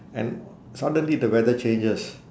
and suddenly the weather changes